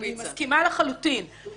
אני מסכימה לחלוטין -- שהביאו פיצה.